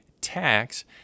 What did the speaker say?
tax –